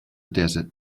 desert